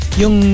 yung